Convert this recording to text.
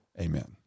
amen